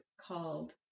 called